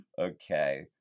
Okay